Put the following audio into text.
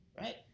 right